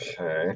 Okay